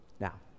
Now